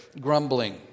grumbling